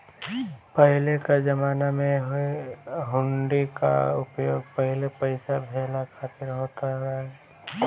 पहिले कअ जमाना में हुंडी कअ उपयोग पहिले पईसा भेजला खातिर होत रहे